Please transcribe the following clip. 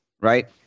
right